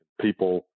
people